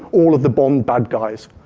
all of the bond bad guys.